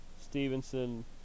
Stevenson